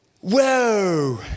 whoa